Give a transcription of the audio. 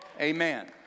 Amen